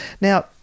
Now